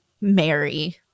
Mary